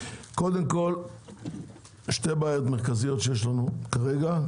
קודם כל, שתי בעיות מרכזיות שיש לנו כרגע.